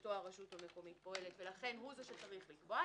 שבאמצעותו הרשות פועלת ולכן הוא זה שצריך לקבוע,